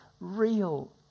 real